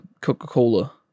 Coca-Cola